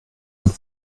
und